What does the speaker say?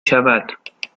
شود